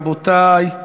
רבותי.